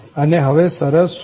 અને હવે શરત શું છે